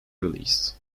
released